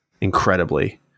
Incredibly